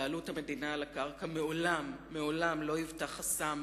בעלות המדינה על הקרקע מעולם לא היוותה חסם